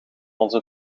onze